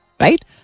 right